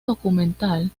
documental